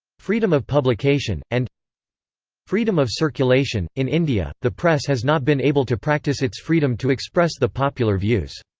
freedom of publication, and freedom of circulation in india, the press has not been able to practise its freedom to express the popular views.